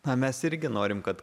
na mes irgi norim kad